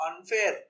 unfair